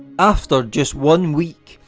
after just one week,